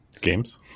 games